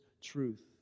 truth